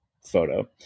photo